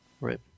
Right